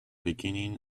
beginning